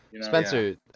Spencer